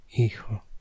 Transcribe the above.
hijo